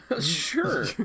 Sure